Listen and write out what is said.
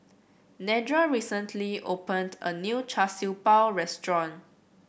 Nedra recently opened a new Char Siew Bao restaurant